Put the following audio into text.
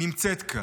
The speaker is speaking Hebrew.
נמצאת כאן.